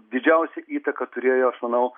didžiausią įtaką turėjo aš manau